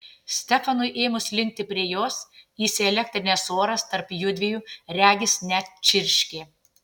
stefanui ėmus linkti prie jos įsielektrinęs oras tarp jųdviejų regis net čirškė